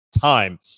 time